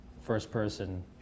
first-person